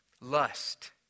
Lust